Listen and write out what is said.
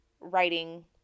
writing